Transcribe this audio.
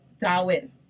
Darwin